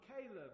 Caleb